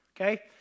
okay